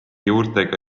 juurtega